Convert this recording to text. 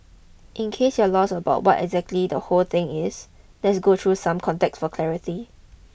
in case you're lost about what exactly the whole thing is let's go through some context for clarity